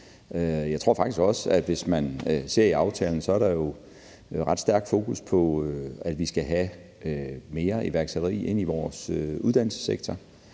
Jeg tror faktisk også, at hvis man ser i aftalen, er der ret stærkt fokus på, at vi skal have mere iværksætteri ind i vores uddannelsessektor,